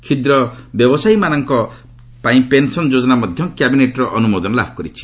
କ୍ଷୁଦ୍ର ବ୍ୟବସାୟୀମାନଙ୍କ ପାଇଁ ପେନ୍ସନ୍ ଯୋଜନା ମଧ୍ୟ କ୍ୟାବିନେଟ୍ର ଅନୁମୋଦନ ଲାଭ କରିଛି